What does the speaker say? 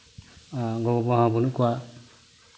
ᱜᱚ ᱵᱟᱵᱟ ᱦᱚᱸ ᱵᱟᱹᱱᱩᱜ ᱠᱚᱣᱟ